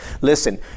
Listen